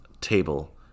table